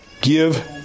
give